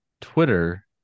Twitter